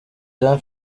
jean